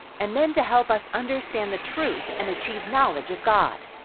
and then to help us understand the truth and achieve knowledge of god.